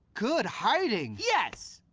good hiding. yes.